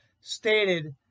stated